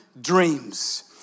dreams